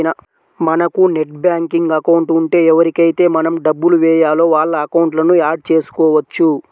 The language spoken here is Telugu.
మనకు నెట్ బ్యాంకింగ్ అకౌంట్ ఉంటే ఎవరికైతే మనం డబ్బులు వేయాలో వాళ్ళ అకౌంట్లను యాడ్ చేసుకోవచ్చు